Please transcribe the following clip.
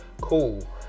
cool